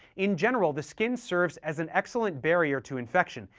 in general, the skin serves as an excellent barrier to infection,